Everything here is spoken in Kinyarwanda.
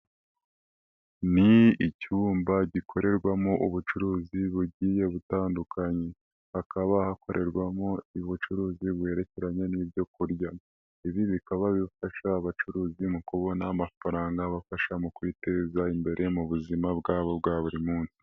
Ni icyumba gikorerwamo ubucuruzi bugiye butandukanye, hakaba hakorerwamo ubucuruzi buherekeranye n'ibyo kurya, ibi bikaba bifasha abacuruzi mu kubona amafaranga abafasha mu kwiteza imbere mu buzima bwabo bwa buri.